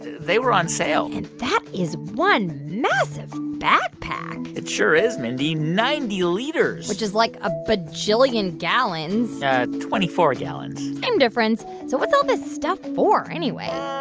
they were on sale and that is one massive backpack it sure is, mindy ninety liters which is, like, a bajillion gallons twenty-four gallons same difference. so what's all this stuff for anyway?